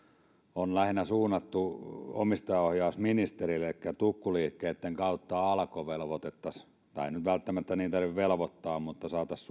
on suunnattu lähinnä omistajaohjausministerille elikkä tukkuliikkeitten kautta alko velvoitettaisiin tai ei nyt välttämättä niin tarvitse velvoittaa mutta saataisiin